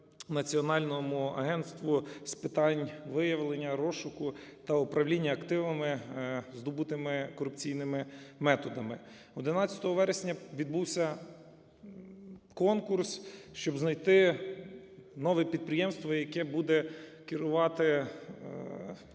Національному агентству з питань виявлення розшуку та управління активами, здобутими корупційними методами. 11 вересня відбувся конкурс, щоб знайти нове підприємство, яке буде керувати оцим